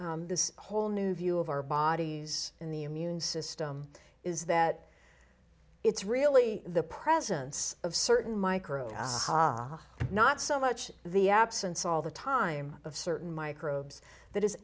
this whole new view of our bodies in the immune system is that it's really the presence of certain microbe not so much the absence all the time of certain microbes that is